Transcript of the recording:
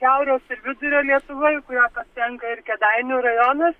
šiaurės ir vidurio lietuvoj į kurią patenka ir kėdainių rajonas